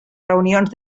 reunions